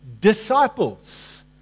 disciples